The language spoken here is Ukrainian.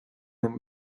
ним